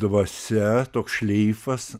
dvasia toks šleifas